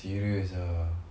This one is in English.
serious ah